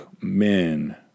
men